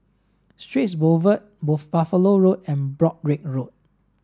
Straits Boulevard Buffalo Road and Broadrick Road